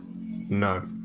No